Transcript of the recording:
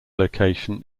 location